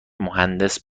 مهندس